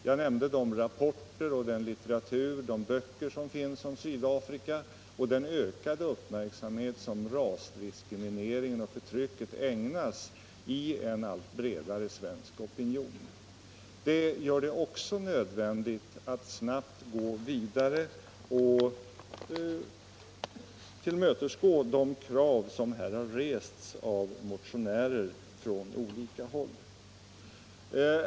Jag nämnde de rapporter och de böcker som finns om Sydafrika och den ökade uppmärksamhet som rasdiskrimineringen och förtrycket ägnas av en allt bredare svensk opinion. Det gör det också nödvändigt att snabbt gå vidare och tillmötesgå de krav som här rests av motionärer från olika håll.